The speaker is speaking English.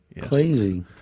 Crazy